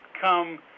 come